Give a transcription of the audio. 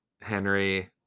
Henry